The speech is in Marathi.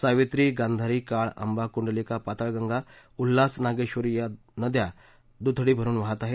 सावित्री गांधारी काळ अंबा कुंडलिका पाताळगंगा उल्हास नागेश्वरी या नद्या द्थडी भरून वाहत आहेत